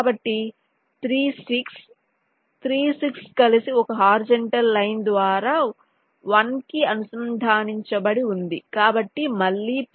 కాబట్టి 3 6 3 6 కలిసి ఒక హారిజాంటల్ లైన్ ద్వారా 1 కి అనుసంధానించబడి ఉంది